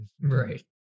Right